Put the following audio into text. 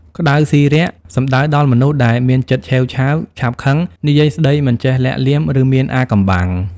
ក្ដៅស៊ីរាក់ សំដៅដល់មនុស្សដែលមានចិត្តឆេវឆាវ ឆាប់ខឹង និយាយស្ដីមិនចេះលាក់លៀម ឬមានអាថ៌កំបាំង ។